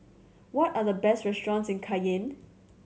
what are the best restaurants in Cayenne